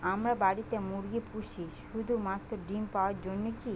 আমরা বাড়িতে মুরগি পুষি শুধু মাত্র ডিম পাওয়ার জন্যই কী?